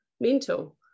mental